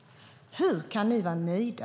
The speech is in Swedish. Hur kan ni vara nöjda?